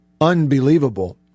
unbelievable